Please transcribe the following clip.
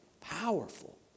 Powerful